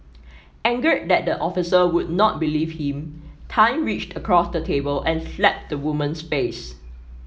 angered that the officer would not believe him Tan reached across the table and slapped the woman's face